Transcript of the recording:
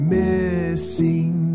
missing